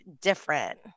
different